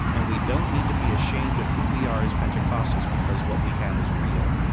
and we don't need to be ashamed of who we are as pentecostals, because what we have is real